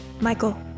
Michael